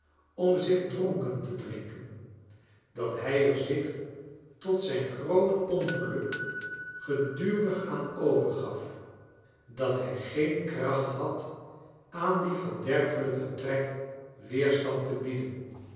om zich dronken te drinken dat hij er zich tot zijn groot ongeluk gedurig aan overgaf dat hij geen krachthad aan dien verderfelijken trek weerstand tebieden